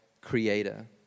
Creator